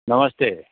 नमस्ते